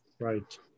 Right